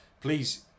please